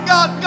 God